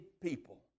people